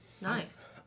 Nice